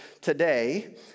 today